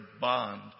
bond